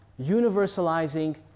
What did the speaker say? universalizing